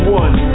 one